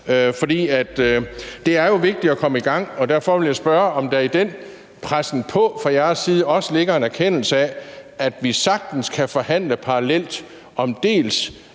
det er jo vigtigt at komme i gang, og derfor vil jeg spørge, om der i den pressen på fra jeres side også ligger en erkendelse af, at vi sagtens kan forhandle parallelt om en